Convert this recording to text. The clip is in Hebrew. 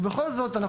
ובכל זאת,